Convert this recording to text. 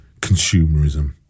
consumerism